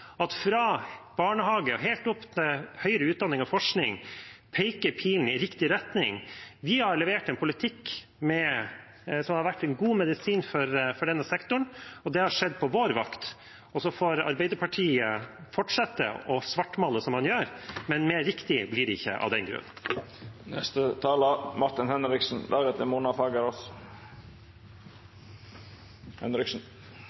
retning fra barnehage og helt opp til høyere utdanning og forskning. Vi har levert en politikk som har vært en god medisin for denne sektoren. Det har skjedd på vår vakt, og så får Arbeiderpartiet fortsette å svartmale, som de gjør, men mer riktig blir det ikke av den grunn.